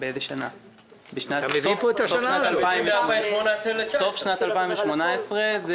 בסוף שנת 2018 זה